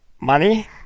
money